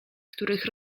których